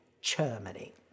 Germany